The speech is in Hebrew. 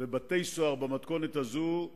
בתי-סוהר במתכונת הזו,